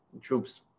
troops